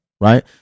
Right